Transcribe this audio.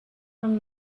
from